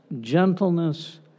gentleness